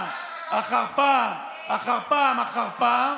פעם אחר פעם אחר פעם אחר פעם,